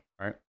right